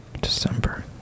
December